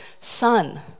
son